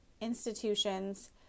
institutions